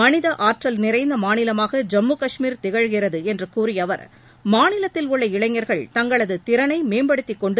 மனித ஆற்றல் நிறைந்த மாநிலமாக ஜம்மு கஷ்மீர் திகழ்கிறது என்று கூறிய அவர் மாநிலத்தில் உள்ள இளைஞா்கள் தங்களது திறனை மேம்படுத்திக் கொண்டு